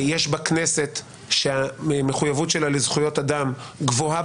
יש בה כנסת שמחויבות שלה לזכויות אדם גבוהה